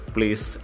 Please